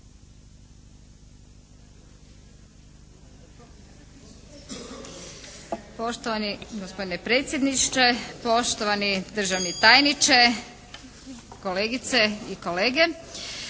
Poštovani gospodine predsjedniče, štovane državne tajnice, kolegice i kolege.